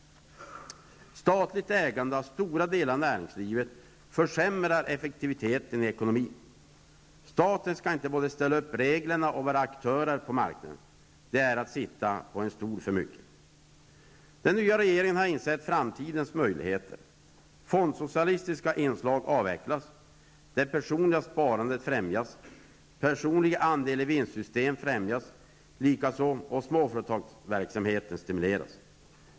Statligt ägande av stora delar av näringslivet försämrar effektiviteten i ekonomin. Staten skall inte både ställa upp reglerna och vara aktör på marknaden. Det är att sitta på en stol för mycket. Den nya regeringen har insett framtidens möjligheter. Fondsocialistiska inslag avvecklas, det personliga sparandet främjas, personliga andel-ivinstsystem främjas likaså och småföretagsverksamheten stimuleras.